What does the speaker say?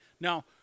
Now